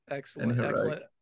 Excellent